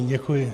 Děkuji.